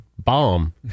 Bomb